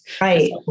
Right